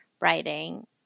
writing